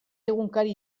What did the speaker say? egunkari